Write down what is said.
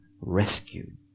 rescued